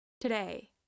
Today